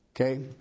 Okay